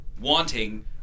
wanting